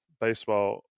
baseball